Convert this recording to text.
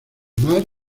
mar